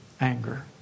anger